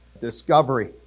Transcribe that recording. Discovery